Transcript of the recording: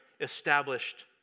established